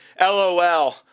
LOL